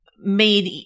made –